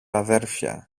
αδέλφια